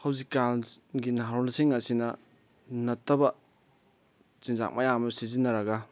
ꯍꯧꯖꯤꯛ ꯀꯥꯟꯒꯤ ꯅꯍꯥꯔꯣꯟꯁꯤꯡ ꯑꯁꯤꯅ ꯅꯠꯇꯕ ꯆꯤꯟꯖꯥꯛ ꯃꯌꯥꯝ ꯑꯃ ꯁꯤꯖꯤꯟꯅꯔꯒ